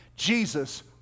Jesus